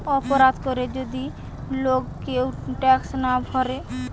অপরাধ করে যদি লোক কেউ ট্যাক্স না ভোরে